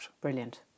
Brilliant